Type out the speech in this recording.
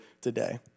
today